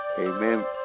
Amen